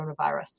coronavirus